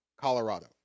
Colorado